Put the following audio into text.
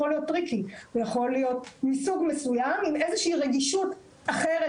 להיות טריקי ויכול להיות מסוג מסוים עם איזושהי רגישות אחרת